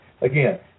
Again